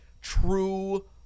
true